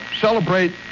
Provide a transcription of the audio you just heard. celebrate